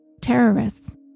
terrorists